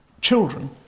children